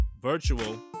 Virtual